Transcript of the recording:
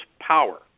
power